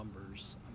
numbers